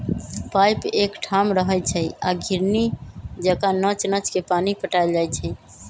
pipe एकठाम रहै छइ आ घिरणी जका नच नच के पानी पटायल जाइ छै